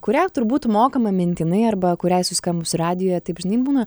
kurią turbūt mokama mintinai arba kuriai suskambus radijuje taip žinai būna